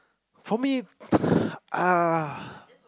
how many !ah!